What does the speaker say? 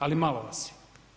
Ali malo vas je.